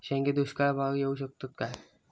शेंगे दुष्काळ भागाक येऊ शकतत काय?